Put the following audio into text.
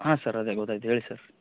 ಹಾಂ ಸರ್ ಅದೆ ಗೊತ್ತಾಯಿತು ಹೇಳಿ ಸರ್